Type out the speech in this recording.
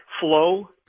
Flow